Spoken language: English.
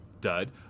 dud